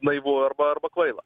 naivu arba arba kvaila